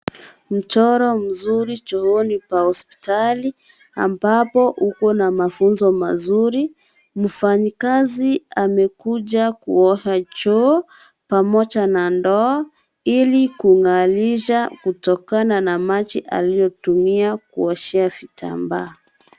Mchoro mzuri chooni la hospitali ambalo upon a mafunzo mazuri mfanyikazi amekuja kuosha Choo pamoja na ndoo ili kungarisha kutokana na maji aliyotumia kuoshea vitambaa.